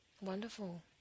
Wonderful